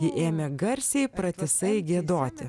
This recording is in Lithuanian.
ji ėmė garsiai pratisai giedoti